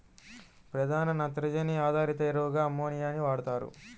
ప్రధాన నత్రజని ఆధారిత ఎరువుగా అమ్మోనియాని వాడుతారు